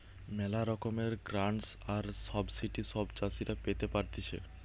ম্যালা রকমের গ্রান্টস আর সাবসিডি সব চাষীরা পেতে পারতিছে